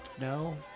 no